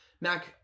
Mac